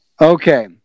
Okay